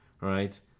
right